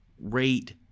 Rate